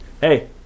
hey